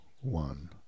one